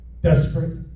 Desperate